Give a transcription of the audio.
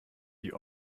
die